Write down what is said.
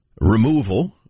removal